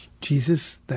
Jesus